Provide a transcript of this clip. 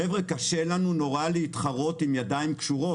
חבר'ה, נורא קשה לנו להתחרות עם ידיים קשורות.